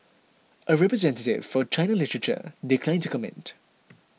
a representative for China Literature declined to comment